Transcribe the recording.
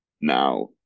Now